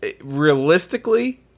Realistically